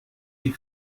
die